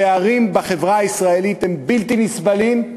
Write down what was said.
הפערים בחברה הישראלית הם בלתי נסבלים,